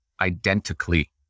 identically